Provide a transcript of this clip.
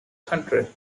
country